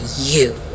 you